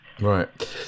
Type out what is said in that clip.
right